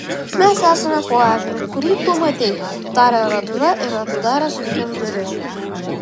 mes esame po ežeru kurį tu matei tarė radža ir atidarė sunkias duris